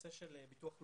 הנושא של ביטוח לאומי.